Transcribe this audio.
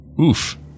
Oof